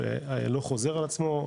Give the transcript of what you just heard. זה לא חוזר על עצמו,